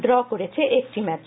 draw করেছে একটি match